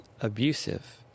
abusive